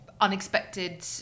unexpected